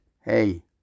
hey